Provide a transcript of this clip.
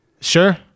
Sure